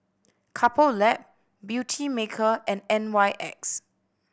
Couple Lab Beautymaker and N Y X